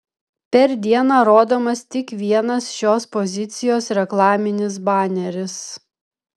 per dieną rodomas tik vienas šios pozicijos reklaminis baneris